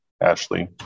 Ashley